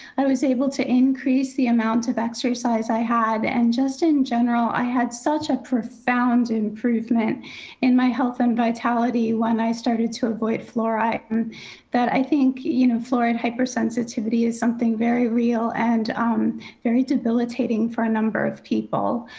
i was able to increase the amount of exercise i had. and just in general, i had such a profound improvement in my health and vitality when i started to avoid fluoride. and that i think you know fluoride hypersensitivity is something very real and very debilitating for a number of people.